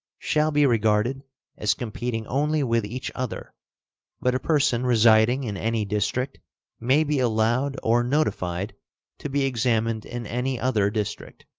shall be regarded as competing only with each other but a person residing in any district may be allowed or notified to be examined in any other district.